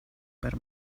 per